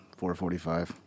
4:45